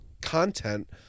content